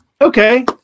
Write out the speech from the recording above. Okay